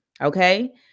okay